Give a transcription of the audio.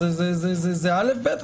זה אל"ף-בי"ת.